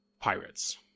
pirates